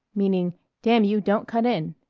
meaning damn you, don't cut in!